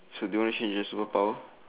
so do you wanna change your superpower